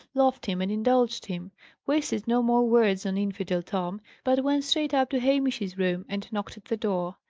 loved him and indulged him wasted no more words on infidel tom, but went straight up to hamish's room, and knocked at the door.